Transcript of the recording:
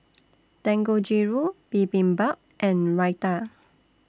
Dangojiru Bibimbap and Raita